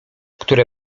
które